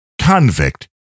convict